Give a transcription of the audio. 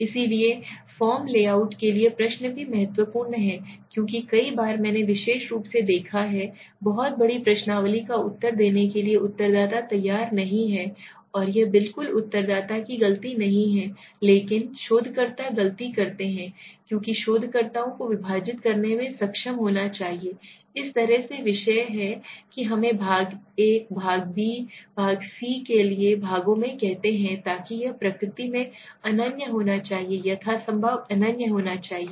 इसलिए form layout के लिए प्रश्न भी महत्वपूर्ण है क्योंकि कई बार मैंने विशेष रूप से देखा है बहुत बड़ी प्रश्नावली का उत्तर देने के लिए उत्तरदाता तैयार नहीं हैं और यह बिल्कुल उत्तरदाता कि गलती नहीं है लेकिन शोधकर्ता गलती करते हैं क्योंकि शोधकर्ताओं को विभाजित करने में सक्षम होना चाहिए इस तरह से विषय है कि हमें भाग ए भाग बी भाग सी के लिए भागों में कहते हैं ताकि यह प्रकृति में अनन्य होना चाहिए यथासंभव अनन्य होना चाहिए